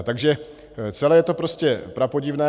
Takže celé je to prostě prapodivné.